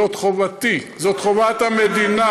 זאת חובתי, זאת חובת המדינה